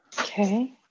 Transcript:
Okay